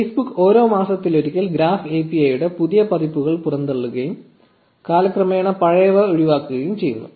Facebook ഓരോ മാസത്തിലൊരിക്കൽ graph എപിഐയുടെ പുതിയ പതിപ്പുകൾ പുറന്തള്ളുകയും കാലക്രമേണ പഴയവ ഒഴിവാക്കുകയും ചെയ്യുന്നു